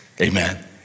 amen